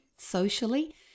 socially